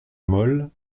mole